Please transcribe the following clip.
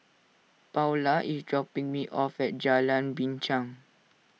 Paula is dropping me off at Jalan Binchang